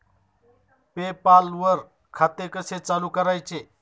पे पाल वर खाते कसे चालु करायचे